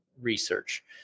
research